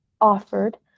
offered